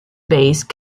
base